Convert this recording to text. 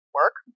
work